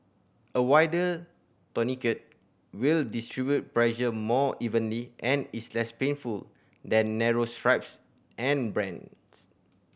a wider tourniquet will distribute pressure more evenly and is less painful than narrow straps and bands